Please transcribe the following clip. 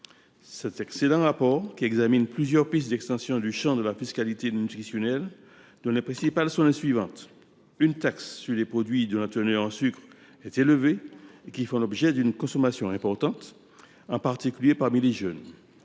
je viens d’évoquer examine plusieurs pistes d’extension du champ de la fiscalité nutritionnelle. Les principales sont les suivantes : une taxe sur les produits dont la teneur en sucre est élevée et qui font l’objet d’une consommation importante, en particulier parmi les jeunes